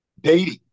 dating